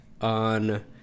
on